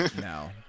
no